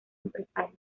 empresarios